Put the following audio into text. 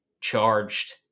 charged